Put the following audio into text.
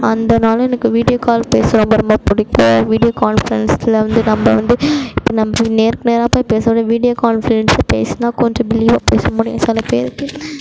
அந்தனால் எனக்கு video call பேச ரொம்ப ரொம்ப பிடிக்கும் வீடியோ கான்ஃபரன்ஸில் வந்து நம்ம வந்து நம்ம நேருக்கு நேராக போய் பேசுகிறத விட வீடியோ கான்ஃபரன்ஸில் பேசுனால் கொஞ்சம் பிலிவாக பேச முடியும் சில பேருக்கு